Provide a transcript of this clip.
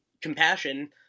compassion